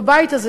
בבית הזה,